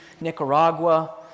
Nicaragua